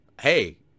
hey